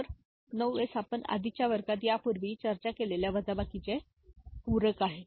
तर 9 एस आपण आधीच्या वर्गात यापूर्वी चर्चा केलेल्या वजाबाकीचे पूरक आहे